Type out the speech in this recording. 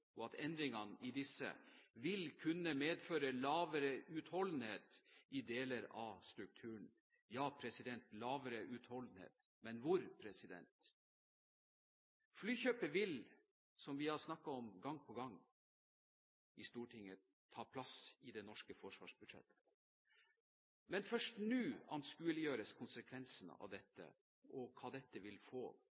at endringene vil kunne medføre lavere utholdenhet i deler av strukturen. Ja, lavere utholdenhet, men hvor? Flykjøpet vil – som vi har snakket om gang på gang i Stortinget – ta plass i det norske forsvarsbudsjettet, men først nå anskueliggjøres konsekvensene av dette, hva slags konsekvenser det vil få